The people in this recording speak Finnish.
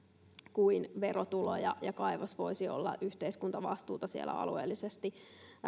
kuin verotuloja ja kaivos voisi olla yhteiskuntavastuuta siellä alueellisesti